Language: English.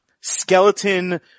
skeleton